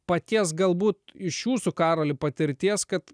paties galbūt iš jūsų karoli patirties kad